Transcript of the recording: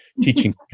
teaching